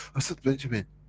i said, benjamin,